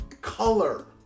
color